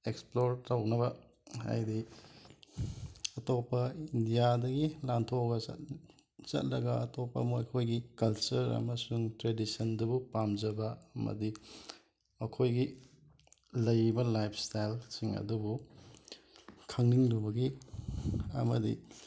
explore ꯇꯧꯅꯕ ꯍꯥꯏꯗꯤ ꯑꯇꯣꯞꯄ ꯏꯟꯗꯤꯌꯥꯗꯒꯤ ꯂꯥꯟꯊꯣꯛꯂꯒ ꯆꯠ ꯆꯠꯂꯒ ꯑꯇꯣꯞꯄ ꯃꯈꯣꯏꯒꯤ ꯀꯜꯆꯔ ꯑꯃꯁꯨꯡ ꯇ꯭ꯔꯦꯗꯤꯁꯟꯗꯨꯕꯨ ꯄꯥꯝꯖꯕ ꯑꯃꯗꯤ ꯃꯈꯣꯏꯒꯤ ꯂꯩꯔꯤꯕ ꯂꯥꯏꯞꯁ꯭ꯇꯥꯏꯜꯁꯤꯡ ꯑꯗꯨꯕꯨ ꯈꯪꯅꯤꯡꯂꯨꯕꯒꯤ ꯑꯃꯗꯤ